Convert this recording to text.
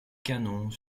canons